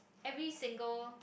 every single